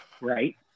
Right